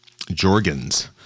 Jorgens